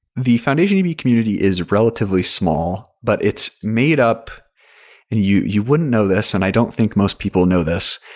the foundationdb community is relatively small, but it's made up and you you wouldn't know this, and i don't think most people know this,